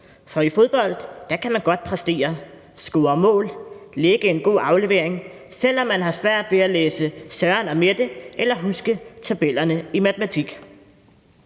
for i fodbold kan man godt præstere, score mål og lægge en god aflevering, selv om man har svært ved at læse »Søren og Mette« eller huske tabellerne i matematik.